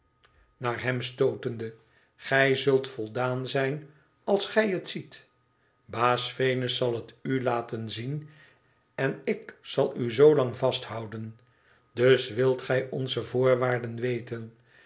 naar hem stootende tgij zult voldaan zijn als gij het ziet baaa yenus zal het u laten zien en ik zal u zoolang vasthouden dus wilt sij onze voorwaarden weten